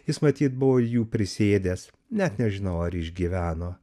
jis matyt buvo jų prisiėdęs net nežinau ar išgyveno